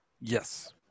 Yes